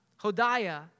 Hodiah